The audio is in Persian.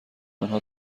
آنها